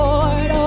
Lord